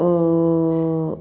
ഓ